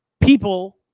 people